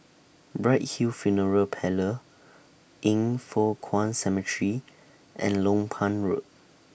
Bright Hill Funeral Parlour Yin Foh Kuan Cemetery and Lompang Road